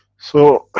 so,